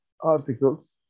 articles